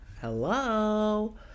Hello